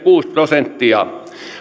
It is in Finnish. kuusi prosenttia